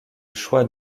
choix